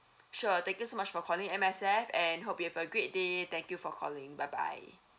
sure thank you so much for calling M_S_F and hope you have a great day thank you for calling bye bye